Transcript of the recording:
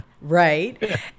Right